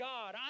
God